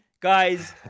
guys